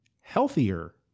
healthier